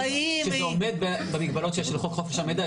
----- שיש הרבה במגבלות שיש לחוק חופש המידע,